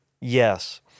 Yes